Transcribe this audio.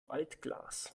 altglas